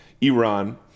Iran